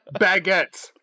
Baguettes